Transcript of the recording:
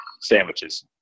sandwiches